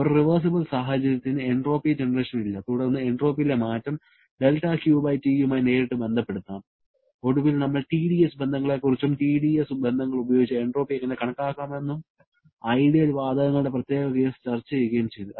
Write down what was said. ഒരു റിവേർസിബിൾ സാഹചര്യത്തിന് entropy generation ഇല്ല തുടർന്ന് എൻട്രോപ്പിയിലെ മാറ്റം δQT യുമായി നേരിട്ട് ബന്ധപെടുത്താം ഒടുവിൽ നമ്മൾ TdS ബന്ധങ്ങളെക്കുറിച്ചും TdS ബന്ധങ്ങൾ ഉപയോഗിച്ച് എൻട്രോപ്പി എങ്ങനെ കണക്കാക്കാമെന്നും ഐഡിയൽ വാതകങ്ങളുടെ പ്രത്യേക കേസ് ചർച്ചചെയ്യുകയും ചെയ്തു